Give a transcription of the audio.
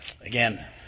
Again